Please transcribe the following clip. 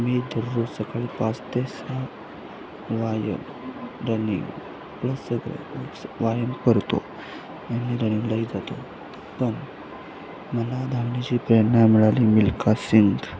मी दररोज सकाळी पाच ते सहा व्यायाम रनिंग प्लस सगळे व्यायाम करतो आणि रनिंगलाही जातो पण मला धावण्याची प्रेरणा मिळाली मिल्खासिंग